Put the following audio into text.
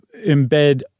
embed